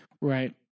right